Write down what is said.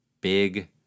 big